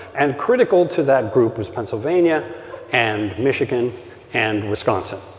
and critical to that group was pennsylvania and michigan and wisconsin.